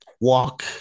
walk